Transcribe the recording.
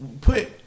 put